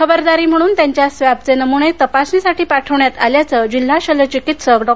खबरदारी म्हणून त्यांच्या स्वॅब चे नमूने तपासणीसाठी पाठवण्यात आल्याचं जिल्हा शल्य चिकित्सक डॉ